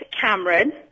Cameron